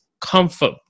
comfort